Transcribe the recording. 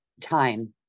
time